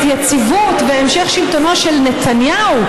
את יציבות והמשך שלטונו של נתניהו,